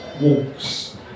walks